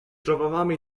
trovavamo